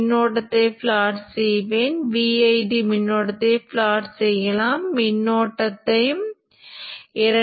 மின்னோட்டத்தில் இங்கு பாயும் இரண்டு கூறுகளும் அதற்கேற்ப மதிப்பிடப்பட வேண்டும்